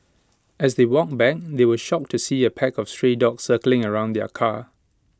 as they walked back they were shocked to see A pack of stray dogs circling around their car